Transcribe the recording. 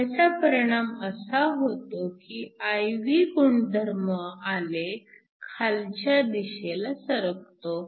ह्याचा परिणाम असा होतो की I V गुणधर्म आलेख खालच्या दिशेला सरकतो